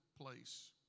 place